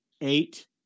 eight